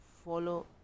follow